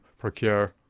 procure